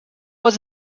was